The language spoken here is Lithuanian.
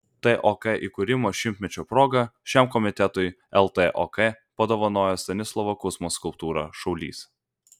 tok įkūrimo šimtmečio proga šiam komitetui ltok padovanojo stanislovo kuzmos skulptūrą šaulys